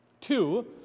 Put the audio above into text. Two